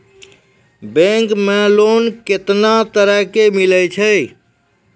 Bank मे loan कैतना तरह के मिलै छै?